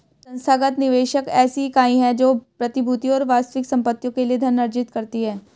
संस्थागत निवेशक ऐसी इकाई है जो प्रतिभूतियों और वास्तविक संपत्तियों के लिए धन अर्जित करती है